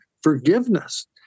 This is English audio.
forgiveness